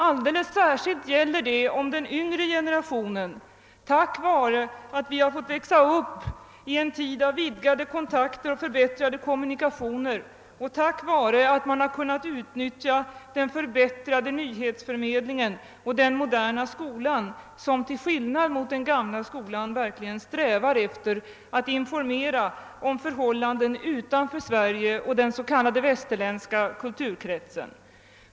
Alldeles särskilt gäller detta om den yngre generationen, tack vare att den fått växa upp i en tid av vidgade kontakter och förbättrade kommunikationer och tack vare att den kunnat utnyttja den förbättrade nyhetsförmedlingen och den moderna skolan som, till skillnad från den gamla skolan, verkligen strävar efter att informera om förhållandena utanför Sverige och den s.k. västerländska kulturkretsen.